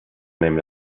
named